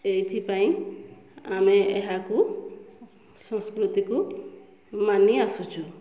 ଏଥିପାଇଁ ଆମେ ଏହାକୁ ସଂସ୍କୃତିକୁ ମାନି ଆସୁଛୁ